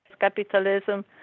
Capitalism